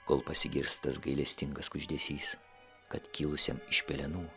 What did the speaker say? kol pasigirs tas gailestingas kuždesys kad kilusiam iš pelenų